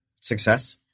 success